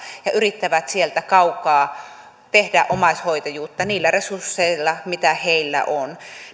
ja yrittävät sieltä kaukaa tehdä omaishoitajuutta niillä resursseilla mitä heillä on